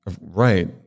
Right